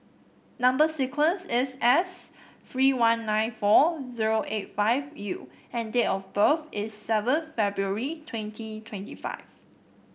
number sequence is S three one nine four zero eight five U and date of birth is seven February twenty twenty five